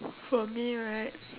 for me right